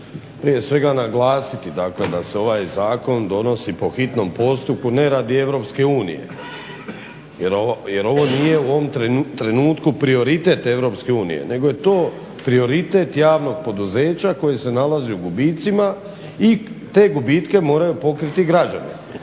prije svega naglasiti, dakle da se ovaj zakon donosi po hitnom postupku ne radi Europske unije jer ovo nije u ovom trenutku prioritet Europske unije, nego je to prioritet javnog poduzeća koji se nalazi u gubicima i te gubitke moraju pokriti građani.